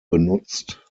benutzt